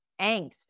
angst